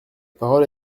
parole